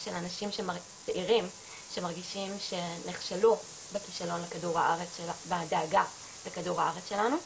של אנשים שמרגישים שנכשלו בדאגה לכדור הארץ שלנו.